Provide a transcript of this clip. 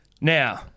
Now